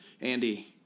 Andy